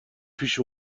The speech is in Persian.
پیش